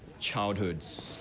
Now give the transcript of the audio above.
childhoods.